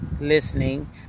listening